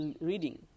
reading